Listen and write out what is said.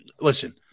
listen